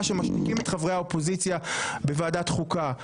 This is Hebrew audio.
שמשתיקים את חברי האופוזיציה בוועדת החוקה,